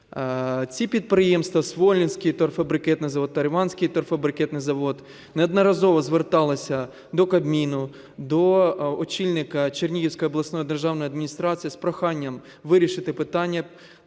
Ці підприємства – Смолинський торфобрикетний завод та Ірванцівський торфобрикетний завод – неодноразово зверталися до Кабміну, до очільника Чернігівської обласної державної адміністрації з проханням вирішити питання